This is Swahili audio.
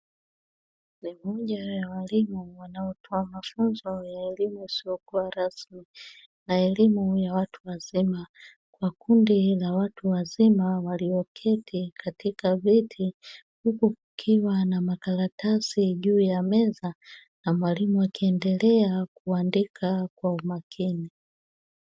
Moja ya walimu wanaotoa mafunzo ya elimu isiyokuwa rasmi na elimu ya watu wazima na kundi la watu wazima walioketi katika viti huku kukiwa na makaratasi juu ya meza na mwalimu akiendelea kuandika kwa umakini.